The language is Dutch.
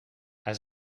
hij